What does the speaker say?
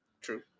True